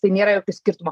tai nėra jokio skirtumo